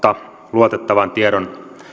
luotettavan tiedon